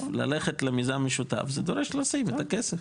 ללכת למיזם משותף זה דורש לשים את הכסף.